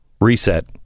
Reset